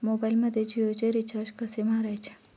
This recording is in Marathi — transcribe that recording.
मोबाइलमध्ये जियोचे रिचार्ज कसे मारायचे?